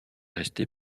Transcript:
resté